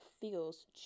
feels